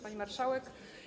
Pani Marszałek!